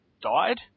died